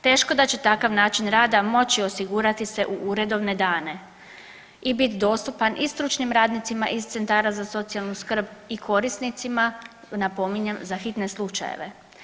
Teško da će takav način rada moći osigurati se u uredovne dane i biti dostupan i stručnim radnicima iz centara za socijalnu skrb i korisnicima napominjem za hitne slučajeve.